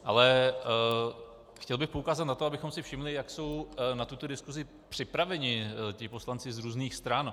Ale chtěl bych poukázat na to, abychom si všimli, jak jsou na tuto diskusi připraveni ti poslanci z různých stran.